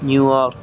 New York